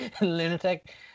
lunatic